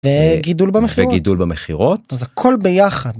גידול במחירות גידול במחירות אז כל ביחד.